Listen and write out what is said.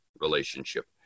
relationship